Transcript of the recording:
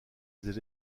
des